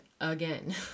again